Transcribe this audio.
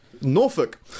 Norfolk